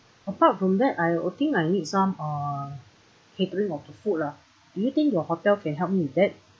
apart from that I think I need some uh catering of the food lah do you think your hotel can help me with that